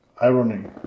irony